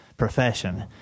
profession